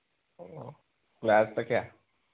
ꯑꯣ ꯒ꯭ꯂꯥꯁꯅ ꯀꯌꯥ